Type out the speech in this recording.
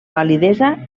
validesa